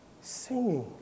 singing